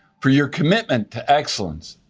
for your commitment to excellence,